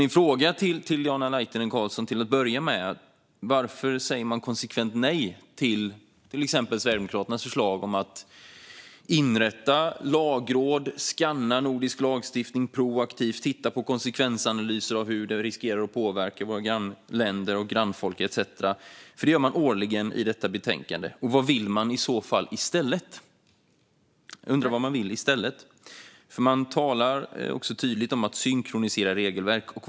Varför säger man konsekvent nej, Diana Laitinen Carlsson, till exempelvis Sverigedemokraternas förslag om att inrätta lagråd, skanna nordisk lagstiftning proaktivt, titta på konsekvensanalyser av hur det riskerar att påverka våra grannländer och grannfolk och så vidare? Det görs årligen i detta betänkande. Vad vill man i så fall i stället? Det talas tydligt om att synkronisera regelverk.